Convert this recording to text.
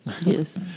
Yes